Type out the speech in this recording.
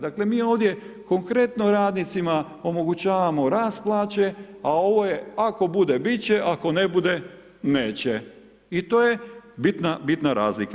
Dakle, mi ovdje konkretno radnicima omogućavamo rast plaće, a ovo je ako bude bit će, ako ne bude neće i to je bitna razlika.